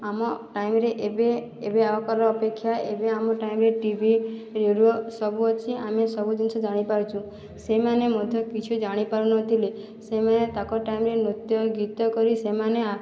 ଆମ ଟାଇମରେ ଏବେ ଏବେ ଆଉ କାହାର ଅପେକ୍ଷା ଏବେ ଆମ ଟାଇମରେ ଟିଭି ରେଡ଼ିଓ ସବୁ ଅଛି ଆମେ ସବୁ ଜିନିଷ ଜାଣି ପାରୁଛୁ ସେଇମାନେ ମଧ୍ୟ କିଛି ଜାଣିପାରୁନଥିଲେ ସେମାନେ ତାଙ୍କ ଟାଇମରେ ନୃତ୍ୟ ଗୀତ କରି ସେମାନେ